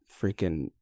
freaking